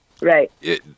Right